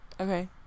okay